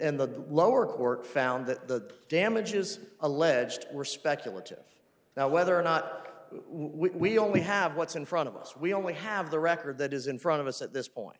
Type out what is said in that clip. and the lower court found that the damages alleged were speculative now whether or not we only have what's in front of us we only have the record that is in front of us at this point